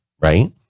right